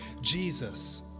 Jesus